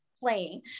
playing